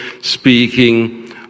speaking